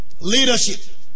Leadership